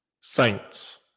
Saints